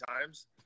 times